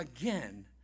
again